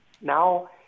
now